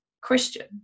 Christian